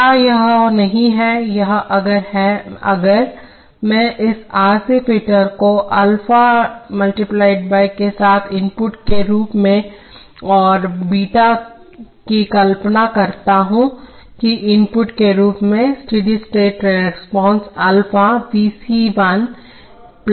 क्या यह नहीं है या अगर मैं इस R c फिल्टर को अल्फा × के साथ इनपुट के रूप में और बीटा × की कल्पना करता हूं कि इनपुट के रूप में steady state response alpha × V C 1 beta × V C 2 होगी